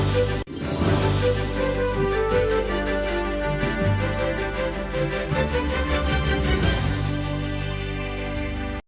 Дякую,